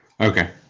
Okay